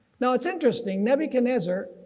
now it's interesting nebuchadnezzar,